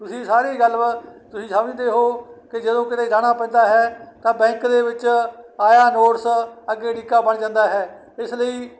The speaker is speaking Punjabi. ਤੁਸੀਂ ਸਾਰੀ ਗੱਲਬਾਤ ਤੁਸੀਂ ਸਮਝਦੇ ਹੋ ਕਿ ਜਦੋਂ ਕਿਤੇ ਜਾਣਾ ਪੈਂਦਾ ਹੈ ਤਾਂ ਬੈਂਕ ਦੇ ਵਿੱਚ ਆਇਆ ਨੋਟਿਸ ਅੱਗੇ ਅੜਿੱਕਾ ਬਣ ਜਾਂਦਾ ਹੈ ਇਸ ਲਈ